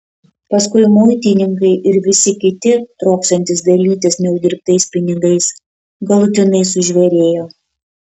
paskui muitininkai ir visi kiti trokštantys dalytis neuždirbtais pinigais galutinai sužvėrėjo